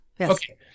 Okay